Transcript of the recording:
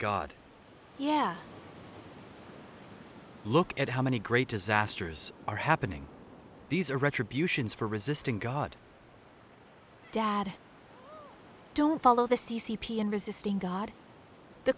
god yeah look at how many great disasters are happening these are retributions for resisting god dad don't follow the c c p and resisting god the